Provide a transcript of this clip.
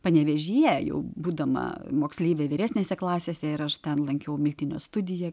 panevėžyje jau būdama moksleivė vyresnėse klasėse ir aš ten lankiau miltinio studiją